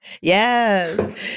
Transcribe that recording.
Yes